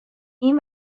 این